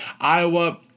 Iowa